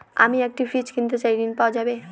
আমি একটি ফ্রিজ কিনতে চাই ঝণ পাওয়া যাবে?